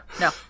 no